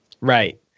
right